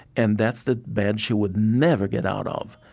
and that's the bed she would never get out of.